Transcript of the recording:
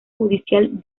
judicial